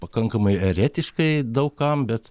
pakankamai eretiškai daug kam bet